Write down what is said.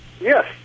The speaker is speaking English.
Yes